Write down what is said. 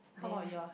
then